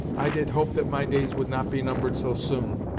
i did hope that my days would not be numbered so soon,